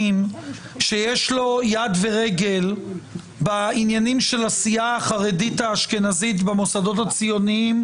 שיש לו יד ורגל בעניינים של הסיעה החרדית-אשכנזית במוסדות הציוניים,